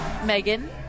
Megan